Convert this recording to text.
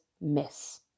miss